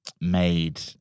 made